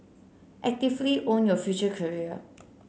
actively own your future career